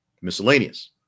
miscellaneous